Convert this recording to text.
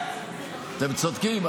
אתם צודקים.